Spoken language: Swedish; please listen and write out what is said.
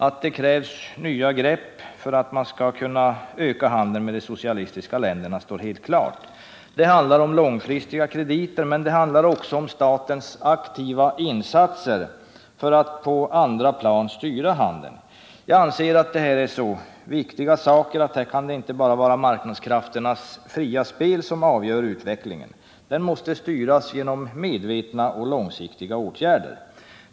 Att det krävs nya grepp för att Sverige skall kunna öka handeln med de socialistiska länderna står helt klart. Det handlar om långfristiga krediter, men det handlar också om statens aktiva insatser för att på andra plan styra handeln. Jag anser att detta är så viktiga faktorer att det inte bara kan få vara marknadskrafternas fria spel som avgör utvecklingen. Den måste styras genom medvetna och långsiktiga åtgärder.